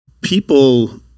People